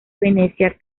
venecia